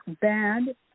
bad